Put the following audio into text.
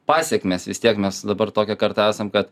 pasekmes vis tiek mes dabar tokia karta esam kad